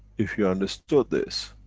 if you understood this,